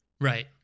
Right